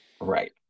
Right